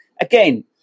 again